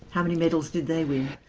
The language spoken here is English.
how many medals did they win?